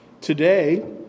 Today